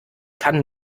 kann